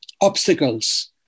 obstacles